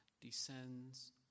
descends